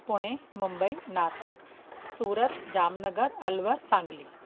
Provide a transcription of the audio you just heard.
Pune Mumbai Nashik Surat Jamnagar Alwar Sangli